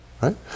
right